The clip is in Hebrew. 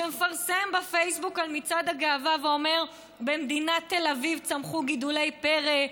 שפרסם בפייסבוק על מצעד הגאווה ואומר: "במדינת תל אביב צמחו גידולי פרא,